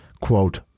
quote